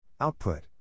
Output